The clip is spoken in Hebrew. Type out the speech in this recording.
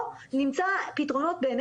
אנחנו רוצים לבטל את זה.